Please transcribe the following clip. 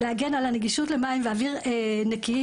להגן על הנגישות למים ואוויר נקיים,